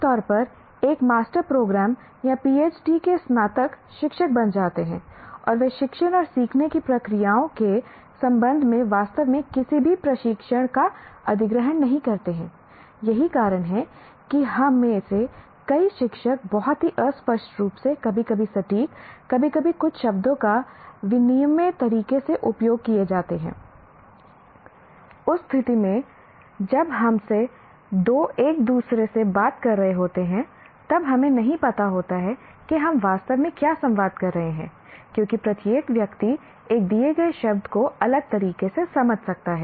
आम तौर पर एक मास्टर प्रोग्राम या पीएचडी के स्नातक शिक्षक बन जाते हैं और वे शिक्षण और सीखने की प्रक्रियाओं के संबंध में वास्तव में किसी भी प्रशिक्षण का अधिग्रहण नहीं करते हैं यही कारण है कि हम में से कई शिक्षक बहुत ही अस्पष्ट रूप से कभी कभी सटीक कभी कभी कुछ शब्दों का विनिमेय तरीके से उपयोग किए जाते हैं उस स्थिति में जब हम में से दो एक दूसरे से बात कर रहे होते हैं तब हमें नहीं पता होता है कि हम वास्तव में क्या संवाद कर रहे हैं क्योंकि प्रत्येक व्यक्ति एक दिए गए शब्द को अलग तरीके से समझ सकता है